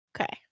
Okay